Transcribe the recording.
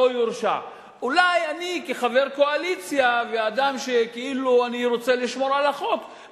אולי אני כחבר קואליציה ואדם שרוצה לשמור על החוק,